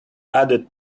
added